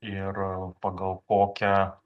ir pagal kokią